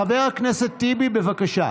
חבר הכנסת טיבי, בבקשה.